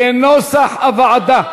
כנוסח הוועדה.